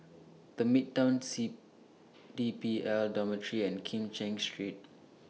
The Midtown C D P L Dormitory and Kim Cheng Street